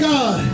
God